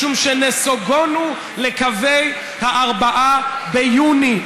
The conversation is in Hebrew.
משום שנסוגונו לקווי ה-4 ביוני.